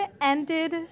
ended